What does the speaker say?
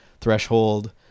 threshold